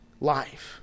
life